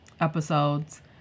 episodes